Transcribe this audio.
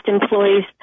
employees